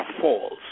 Falls